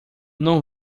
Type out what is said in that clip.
não